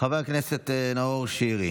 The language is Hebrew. חבר הכנסת נאור שירי